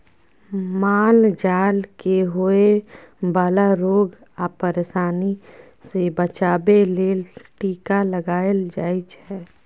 माल जाल केँ होए बला रोग आ परशानी सँ बचाबे लेल टीका लगाएल जाइ छै